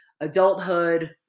adulthood